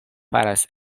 faras